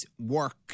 work